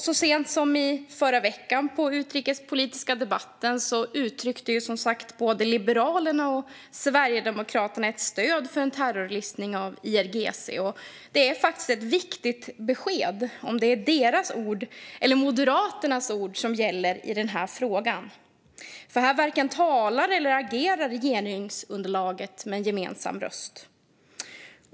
Så sent som i förra veckans utrikespolitiska debatt uttryckte både Liberalerna och Sverigedemokraterna ett stöd för en terrorlistning av IRGC, och det är ett viktigt besked om det är deras eller Moderaternas ord som gäller i denna fråga eftersom regeringsunderlaget här varken talar eller agerar med gemensam röst.